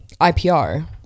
IPR